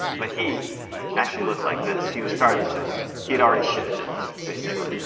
but he actually looked like this. he was starting to he had already shifted basically.